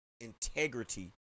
integrity